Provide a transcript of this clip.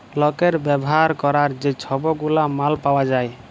লকের ব্যাভার ক্যরার যে ছব গুলা মাল পাউয়া যায়